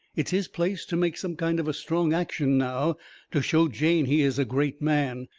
it's his place to make some kind of a strong action now to show jane he is a great man.